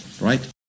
right